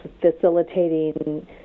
facilitating